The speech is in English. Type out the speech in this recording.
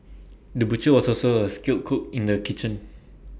the butcher was also A skilled cook in the kitchen